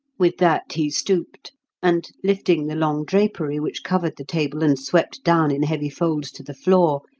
with that he stooped and, lifting the long drapery which covered the table and swept down in heavy folds to the floor,